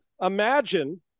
imagine